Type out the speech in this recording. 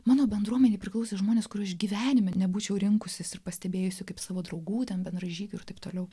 mano bendruomenei priklausė žmonės kurių gyvenime nebūčiau rinkusis ir pastebėjusi kaip savo draugų ten bendražygių ir taip toliau